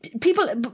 People